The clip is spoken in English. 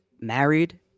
married